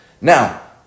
Now